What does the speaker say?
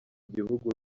igihugu